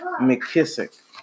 McKissick